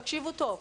תקשיבו טוב,